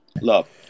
Love